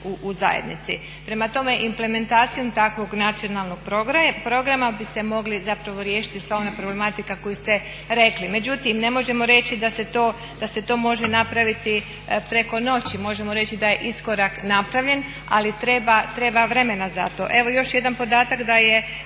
u zajednici. Prema tome, implementacijom takvog nacionalnog programa bi se mogli zapravo riješiti sva ona problematika koju ste rekli. Međutim, ne možemo reći da se to može napraviti preko noći. Možemo reći da je iskorak napravljen ali treba vremena za to. Evo još jedan podatak da je